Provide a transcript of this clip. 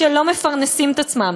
שלא מפרנסים את עצמם.